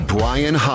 Brian